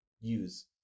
use